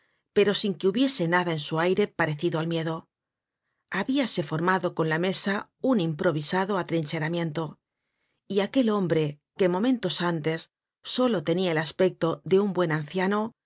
pero sin que hubiese nada en su aire parecido al miedo habíase formado con la mesa un improvisado atrincheramiento y aquel hombre que momentos antes solo tenia el aspecto de un buen anciano